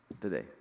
today